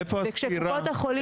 איפה הסתירה?